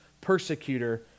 persecutor